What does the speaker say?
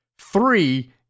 three